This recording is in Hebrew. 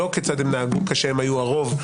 לא כיצד הם נהגו כשהם היו הרוב,